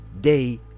day